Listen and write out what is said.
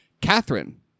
Catherine